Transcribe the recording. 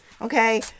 okay